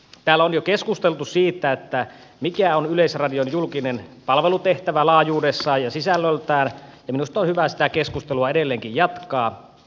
täällä on jo keskusteltu siitä mikä on yleisradion julkinen palvelutehtävä laajuudessaan ja sisällöltään ja minusta on hyvä sitä keskustelua edelleenkin jatkaa